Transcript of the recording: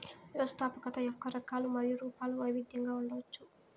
వ్యవస్థాపకత యొక్క రకాలు మరియు రూపాలు వైవిధ్యంగా ఉండవచ్చు